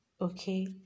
Okay